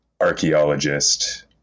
archaeologist